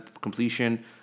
completion